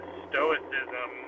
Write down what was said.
stoicism